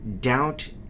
doubt